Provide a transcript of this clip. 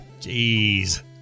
Jeez